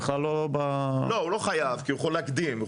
לא, הוא לא חייב כי הוא יכול להקדים.